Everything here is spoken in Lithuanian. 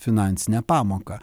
finansinę pamoką